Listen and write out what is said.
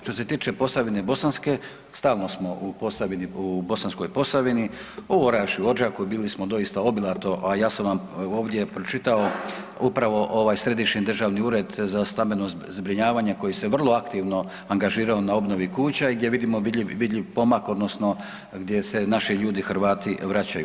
Što se tiče Posavine Bosanske, stalno smo u Posavini, u Bosanskoj Posavini, u Orašju, u Odžaku bili smo doista obilato, a ja sam vam ovdje pročitao upravo ovaj Središnji državni ured za stambeno zbrinjavanje koji se vrlo aktivno angažirao na obnovi kuća i gdje vidimo vidljiv pomak odnosno gdje se naši ljudi Hrvati vraćaju.